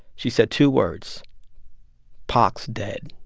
she said two words pac's dead.